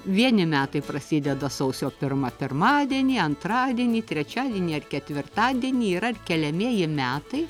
vieni metai prasideda sausio pirma pirmadienį antradienį trečiadienį ar ketvirtadienį yra ir keliamieji metai